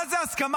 מה זה הסכמה?